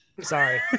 Sorry